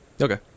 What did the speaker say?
okay